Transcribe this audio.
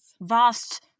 Vast